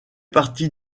partie